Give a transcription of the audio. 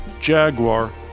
Jaguar